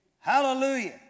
Hallelujah